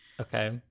Okay